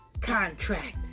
contract